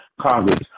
Congress